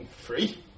free